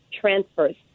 Transfers